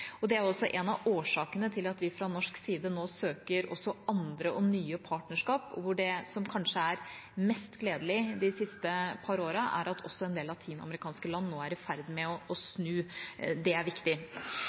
Det er en av årsakene til at vi fra norsk side nå søker andre og nye partnerskap, og hvor det som kanskje er mest gledelig de siste par årene, er at også en del latinamerikanske land nå er i ferd med å snu. Det er viktig. Samtidig bruker vi sjansen, både bilateralt og multilateralt, til å